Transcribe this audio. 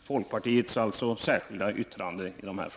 folkpartiets särskilda yttrande i dessa frågor.